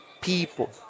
people